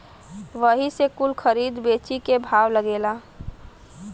वही से कुल खरीद बेची के भाव लागेला